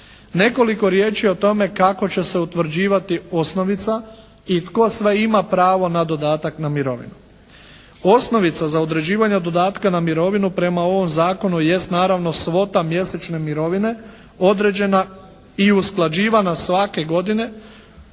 Nekoliko riječi o tome kako će se utvrđivati osnovica i tko sve ima pravo na dodatak na mirovinu. Osnovica za određivanje dodatka na mirovinu prema ovom zakonu jest naravno svota mjesečne mirovine određena i usklađivana svake godine